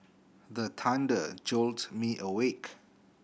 the thunder jolt me awake